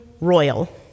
royal